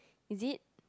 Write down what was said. is it